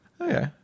okay